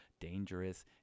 dangerous